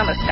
नमस्कार